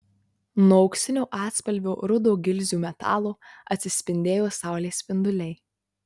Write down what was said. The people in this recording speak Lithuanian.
nuo auksinio atspalvio rudo gilzių metalo atsispindėjo saulės spinduliai